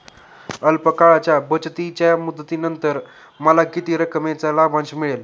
अल्प काळाच्या बचतीच्या मुदतीनंतर मला किती रकमेचा लाभांश मिळेल?